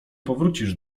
powrócisz